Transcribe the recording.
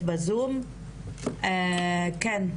כן.